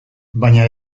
baina